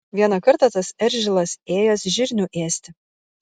vieną kartą tas eržilas ėjęs žirnių ėsti